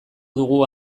dugu